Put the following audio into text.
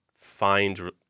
find